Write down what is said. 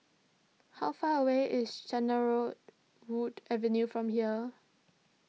how far away is Cedarwood Avenue from here